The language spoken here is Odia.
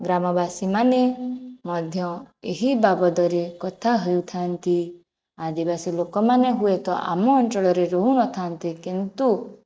ଗ୍ରାମବାସୀମାନେ ମଧ୍ୟ ଏହି ବାବଦରେ କଥା ହୋଉଥାନ୍ତି ଆଦିବାସୀ ଲୋକମାନେ ହୁଏ ତ ଆମ ଅଞ୍ଚଳରେ ରହୁନଥାନ୍ତି କିନ୍ତୁ